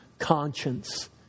Conscience